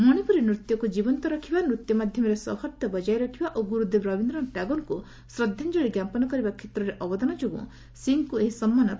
ମଣିପୁରୀ ନୃତ୍ୟକୁ ଜୀବନ୍ତ ରଖିବା ନୃତ୍ୟ ମାଧ୍ୟମରେ ସୌହାର୍ଦ୍ଦ୍ୟ ବଜାୟ ରଖିବା ଓ ଗୁରୁଦେବ ରବୀନ୍ଦ୍ରନାଥ ଟାଗୋର୍ଙ୍କୁ ଶ୍ରଦ୍ଧାଞ୍ଜଳି ଜ୍ଞାପନ କରିବା କ୍ଷେତ୍ରରେ ଅବଦାନ ଯୋଗୁଁ ଶ୍ରୀ ସିଂଙ୍କୁ ଏହି ସମ୍ମାନ ପ୍ରଦାନ କରାଯାଉଛି